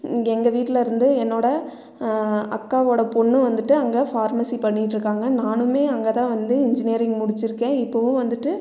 இங்கே எங்கள் வீட்டிலருந்து என்னோடய அக்காவோடய பொண்ணு வந்துட்டு அங்கே ஃபார்மசி பண்ணிட்டுருக்காங்க நானுமே அங்கேதான் வந்து இன்ஜினியரிங் முடிச்சுருக்கேன் இப்பவும் வந்துட்டு